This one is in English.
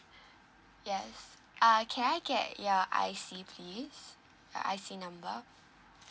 yes uh can I get your I_C please your I_C number